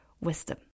wisdom